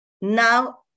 Now